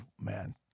man